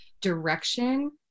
direction